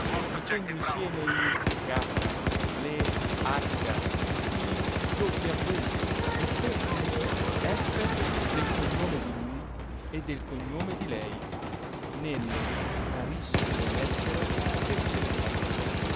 mettendo insieme i k le h i w e tutti gli f del cognome di lui e del cognome di lei nelle rarissime lettere che ricevevano